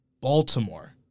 Baltimore